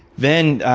then,